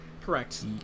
Correct